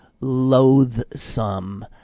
loathsome